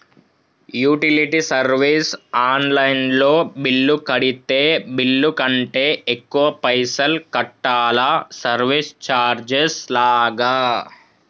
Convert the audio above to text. Utility service online లో bill కడితే bill కంటే ఎక్కువ పైసల్ కట్టాలా సర్వీస్ చార్జెస్ లాగా?